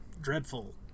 dreadful